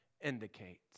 indicates